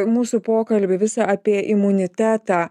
mūsų pokalbį visą apie imunitetą